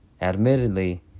Admittedly